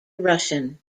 russian